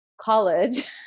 college